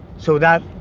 so that